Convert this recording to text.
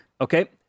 Okay